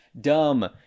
dumb